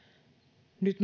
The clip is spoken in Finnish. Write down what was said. nyt